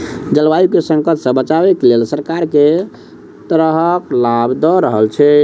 जलवायु केँ संकट सऽ बचाबै केँ लेल सरकार केँ तरहक लाभ दऽ रहल छै?